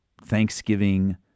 Thanksgiving